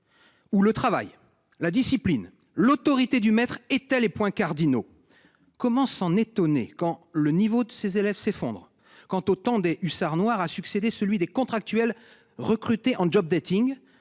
Ou le travail, la discipline, l'autorité du maître étaient les points cardinaux. Comment s'en étonner quand le niveau de ses élèves s'effondre. Quant au temps des hussards noirs a succédé celui des contractuels recrutés en job dating.